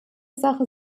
sache